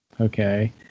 Okay